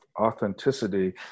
authenticity